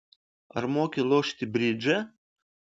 ar moki lošti bridžą